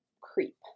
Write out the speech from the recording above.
creep